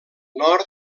nord